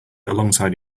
alongside